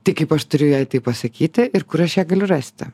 tik kaip aš turiu jai tai pasakyti ir kur aš ją galiu rasti